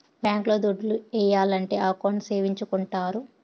bank లో దుడ్లు ఏయాలంటే అకౌంట్ సేపిచ్చుకుంటారు